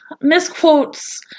misquotes